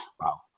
wow